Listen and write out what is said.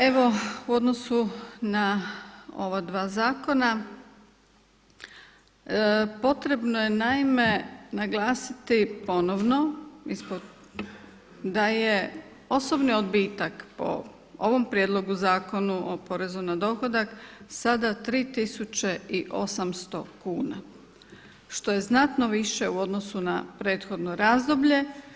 Evo u odnosu na ova dva zakona potrebno je naime naglasiti ponovno da je osobni odbitak po ovom prijedlogu Zakona o porezu na dohodak sada 3.800 kuna što je znatno više u odnosu na prethodno razdoblje.